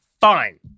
Fine